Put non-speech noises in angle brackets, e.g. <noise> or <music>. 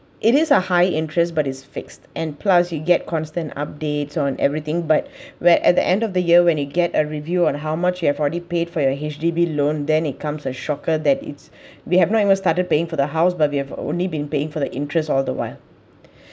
it is a high interest but is fixed and plus you get constant updates on everything but <breath> where at the end of the year when we get a review on how much you have already paid for your H_D_B loan then it comes a shocker that it's we have not even started paying for the house but we have only been paying for the interest all the while